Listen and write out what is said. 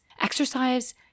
Exercise